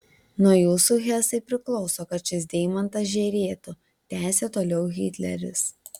nuo jūsų hesai priklauso kad šis deimantas žėrėtų tęsė toliau hitleris